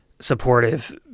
supportive